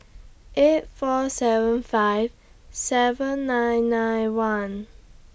eight four seven five seven nine nine one